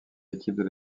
équipes